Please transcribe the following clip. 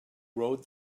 wrote